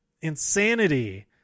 insanity